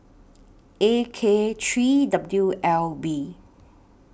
A K three W L B